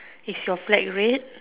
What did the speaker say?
is your flag red